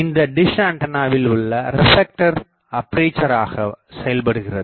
இந்த டிஷ்ஆண்டனாவில் உள்ள ரெப்லெக்டர் அப்பேசராக செயல்படுகிறது